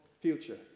future